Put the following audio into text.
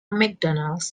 macdonald